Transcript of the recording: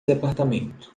departamento